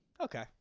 Okay